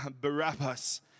Barabbas